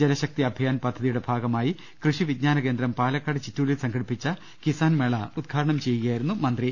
ജലശക്തി അഭിയാൻ പദ്ധതിയുടെ ഭാഗമായി കൃഷി വിജ്ഞാന കേന്ദ്രം പാലക്കാട് ചിറ്റൂരിൽ സംഘടിപ്പിച്ച കിസാൻ മേള ഉദ്ഘാടനം ചെയ്യുകയായിരുന്നു മന്ത്രി